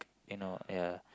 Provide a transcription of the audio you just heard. you know ya